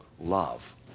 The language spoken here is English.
love